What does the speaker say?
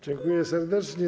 Dziękuję serdecznie.